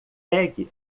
pegue